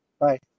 Bye